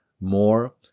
More